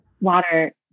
water